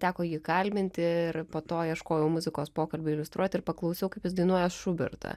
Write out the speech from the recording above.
teko jį kalbinti ir po to ieškojau muzikos pokalbiui iliustruoti ir paklausiau kaip jis dainuoja šubertą